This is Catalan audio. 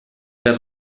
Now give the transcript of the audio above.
per